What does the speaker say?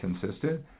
consistent